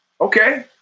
okay